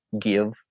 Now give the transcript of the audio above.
give